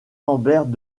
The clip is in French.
lambert